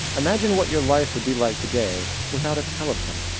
imagine what your life would be like today without a telephone,